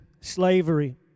slavery